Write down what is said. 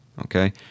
Okay